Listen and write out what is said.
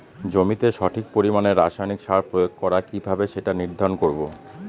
জমিতে সঠিক পরিমাণে রাসায়নিক সার প্রয়োগ করা কিভাবে সেটা নির্ধারণ করব?